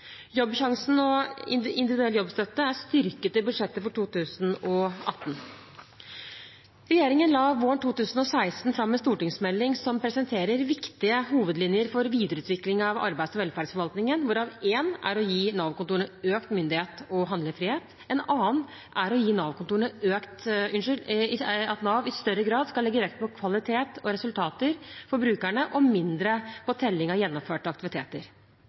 Jobbsjansen og Individuell jobbstøtte er styrket i statsbudsjettet for 2018. Regjeringen la våren 2016 fram en stortingsmelding som presenterer viktige hovedlinjer for videreutvikling av arbeids- og velferdsforvaltningen, hvorav én er å gi Nav-kontorene økt myndighet og handlefrihet. En annen er at Nav i større grad skal legge vekt på kvalitet og resultater for brukerne og mindre vekt på telling av gjennomførte aktiviteter.